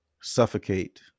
suffocate